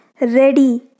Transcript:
ready